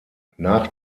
nach